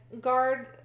guard